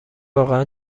واقعا